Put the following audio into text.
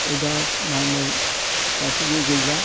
दा मामायाव दाथ' बे गैला